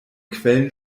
quellen